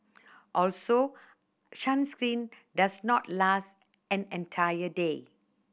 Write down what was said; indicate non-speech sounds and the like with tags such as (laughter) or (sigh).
also (unintelligible) does not last an entire day